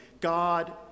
God